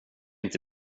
inte